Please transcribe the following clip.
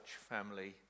family